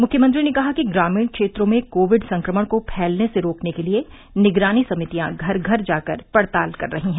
मुख्यमंत्री ने कहा कि ग्रामीण क्षेत्रों में कोविड संक्रमण को फैलने से रोकने के लिये निगरानी समितियां घर घर जाकर पड़ताल कर रहीं हैं